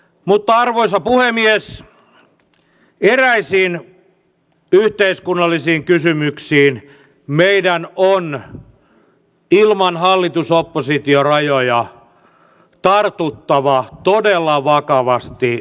mutta arvoisa puhemies eräisiin yhteiskunnallisiin kysymyksiin meidän on ilman hallitusoppositio rajoja tartuttava todella vakavasti yhdessä toimeen